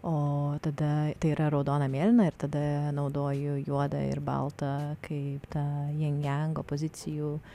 o tada tai yra raudona mėlyna ir tada naudoju juodą ir baltą kaip tą jing jang opozicijų